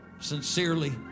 Sincerely